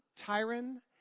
Tyron